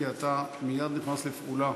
כי אתה מייד נכנס לפעולה